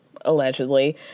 allegedly